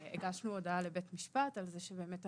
שהגשנו הודעה לבית משפט על זה שאנחנו